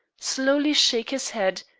slowly shake his head,